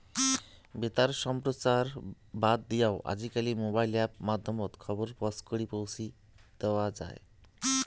বেতার সম্প্রচার বাদ দিয়াও আজিকালি মোবাইল অ্যাপ মাধ্যমত খবর পছকরি পৌঁছি দ্যাওয়াৎ যাই